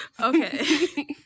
Okay